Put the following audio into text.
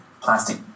plastic